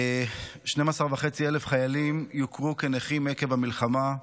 12,500 חיילים יוכרו כנכים עקב המלחמה.